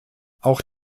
auch